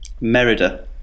merida